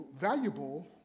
valuable